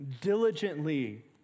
diligently